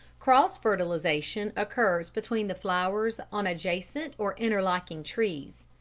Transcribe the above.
cross fertilisation occurs between the flowers on adjacent or interlocking trees.